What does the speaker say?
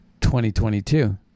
2022